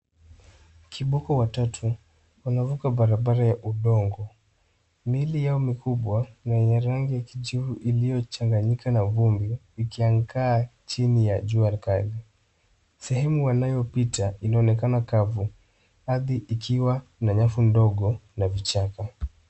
Kiboko watatu wanavuka barabara ya udongo. Miili yao mikubwa na ya rangi ya kijivu iliyochanganyika na vumbi, ikiangaa chini ya jua kali. Sehemu wanayopita inaonekana kavu, ardhi ikiwa na nyafu ndogo na vichaka.